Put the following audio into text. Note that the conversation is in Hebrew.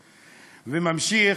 וממשיך,